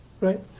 right